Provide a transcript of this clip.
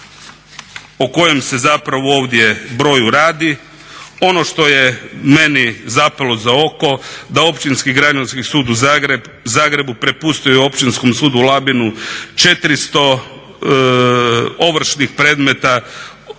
o kojem se zapravo ovdje broju radi. Ono što je meni zapelo za oko da Općinski građanski sud u Zagrebu prepustio je Općinskom sudu u Labinu 400 ovršnih predmeta,